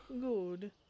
Good